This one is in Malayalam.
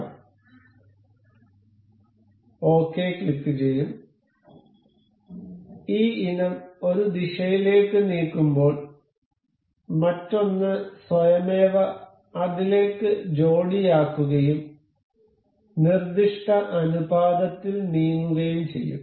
നമ്മൾ ഓകെ ക്ലിക്കു ചെയ്യും ഈ ഇനം ഒരു ദിശയിലേക്ക് നീക്കുമ്പോൾ മറ്റൊന്ന് സ്വയമേവ അതിലേക്ക് ജോടിയാക്കുകയും നിർദ്ദിഷ്ട അനുപാതത്തിൽ നീങ്ങുകയും ചെയ്യും